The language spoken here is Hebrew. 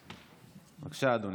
בבקשה, אדוני.